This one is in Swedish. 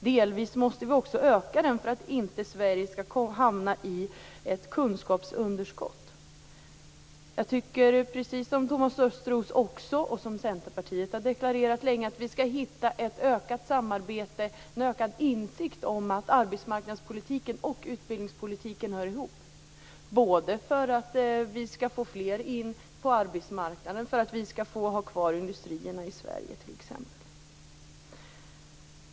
Delvis måste vi också öka den för att Sverige inte skall hamna i ett kunskapsunderskott. Jag tycker, precis som Thomas Östros, och som Centerpartiet länge har deklarerat, att vi skall hitta ett ökat samarbete och nå en ökad insikt om att arbetsmarknadspolitik och utbildningspolitik hör ihop för att vi skall få in fler på arbetsmarknaden och för att vi skall få ha kvar industrierna i Sverige.